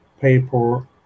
paper